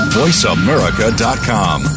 voiceamerica.com